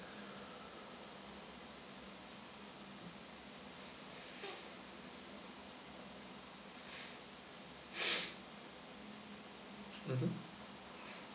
mmhmm